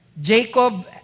Jacob